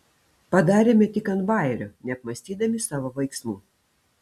padarėme tik ant bajerio neapmąstydami savo veiksmų